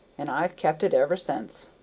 and i've kept it ever since.